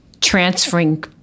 transferring